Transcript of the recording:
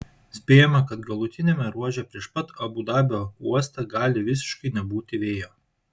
spėjama kad galutiniame ruože prieš pat abu dabio uostą gali visiškai nebūti vėjo